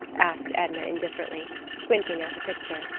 asked edna, indifferently, squinting at her picture.